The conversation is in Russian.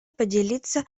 поделиться